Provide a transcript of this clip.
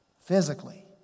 physically